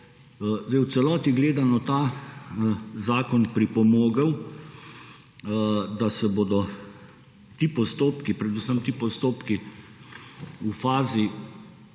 v celoti gledano ta zakon pripomogel, da se bodo ti postopki, predvsem ti postopki v fazi